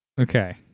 Okay